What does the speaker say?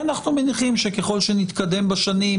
אנחנו מניחים שככול שנתקדם בשנים,